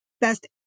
best